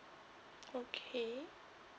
okay